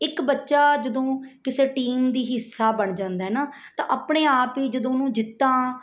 ਇੱਕ ਬੱਚਾ ਜਦੋਂ ਕਿਸੇ ਟੀਮ ਦੀ ਹਿੱਸਾ ਬਣ ਜਾਂਦਾ ਨਾ ਤਾਂ ਆਪਣੇ ਆਪ ਹੀ ਜਦੋਂ ਉਹਨੂੰ ਜਿੱਤਾਂ